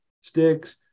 sticks